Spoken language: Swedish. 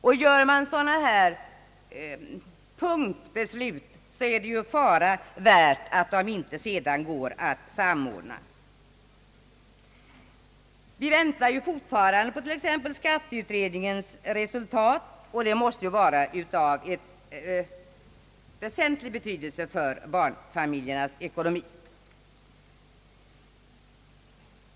Om man gör punktbeslut finns det risk att de sedan inte kan samordnas. Vi väntar fortfarande på t.ex. skatteutredningens resultat, och det måste bli av väsentlig betydelse för barnfamiljernas ekonomi.